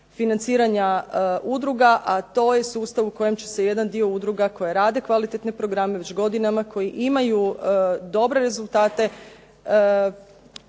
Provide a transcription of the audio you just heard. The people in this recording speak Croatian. financiranja udruga a to je sustav u kojem će se jedan dio udruga koje rade kvalitetne programe već godinama, koji imaju dobre rezultate